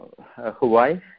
Hawaii